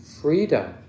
freedom